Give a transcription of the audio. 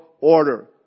order